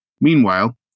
Meanwhile